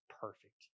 perfect